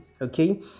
Okay